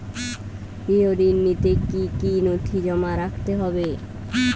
গৃহ ঋণ নিতে কি কি নথি জমা রাখতে হবে?